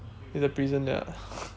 near the prison there ah